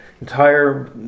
Entire